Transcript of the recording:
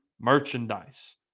merchandise